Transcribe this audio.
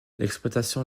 l’exploitation